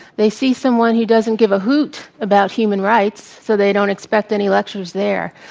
they see someone who doesn't give a hoot about human rights, so they don't expect any lectures there.